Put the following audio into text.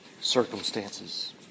circumstances